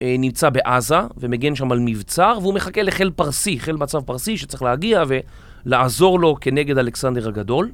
נמצא בעזה ומגן שם על מבצר והוא מחכה לחיל פרסי, חיל מצב פרסי שצריך להגיע ולעזור לו כנגד אלכסנדר הגדול.